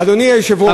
אדוני היושב-ראש,